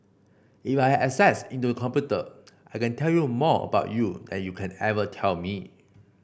if I had access into your computer I can tell you more about you than you can ever tell me